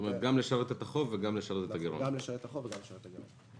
כלומר גם לשרת את החוב וגם לשרת את הגירעון.